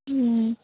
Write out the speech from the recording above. ம்